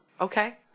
Okay